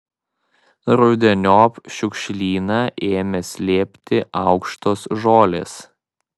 rudeniop šiukšlyną ėmė slėpti aukštos žolės